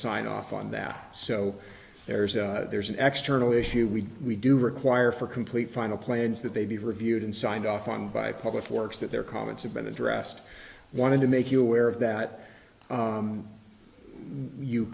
signed off on that so there's a there's an x turtle issue we do we do require for complete final plans that they be reviewed and signed off on by public works that their comments have been addressed wanted to make you aware of that